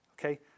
okay